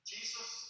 Jesus